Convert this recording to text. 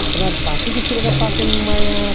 ᱟᱯᱱᱟᱨ ᱯᱟᱴᱤ ᱜᱮ ᱪᱮᱫ ᱞᱮᱠᱟ ᱯᱟᱥᱮᱢ ᱮᱢᱟᱭᱟ